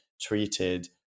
treated